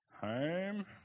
home